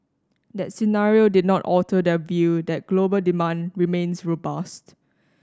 that scenario did not alter their view that global demand remains robust